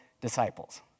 disciples